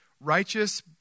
righteous